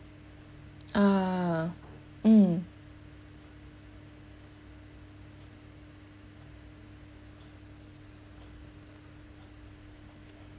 ah um